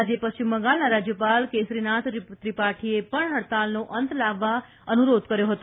આજે પશ્ચિમ બંગાળના રાજ્યપાલ કેસરીનાથ ત્રિપાઠીએ પણ હડતાળનો અંત લાવવા અનુરોધ કર્યો હતો